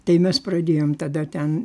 tai mes pradėjom tada ten